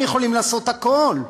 אתם יכולים לעשות הכול.